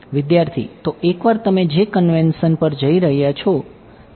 વિદ્યાર્થી તો એકવાર તમે તમે જે કન્વેન્શન અને